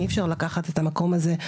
אי אפשר לקחת את המקום הזה.